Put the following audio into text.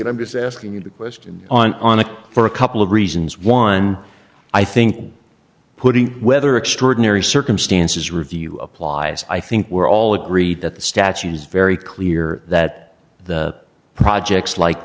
it i'm just asking you the question on for a couple of reasons one i think putting whether extraordinary circumstances review applies i think we're all agreed that the statute is very clear that the projects like